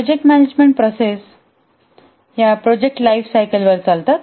project management process या project lifecycle वर चालतात